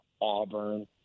Auburn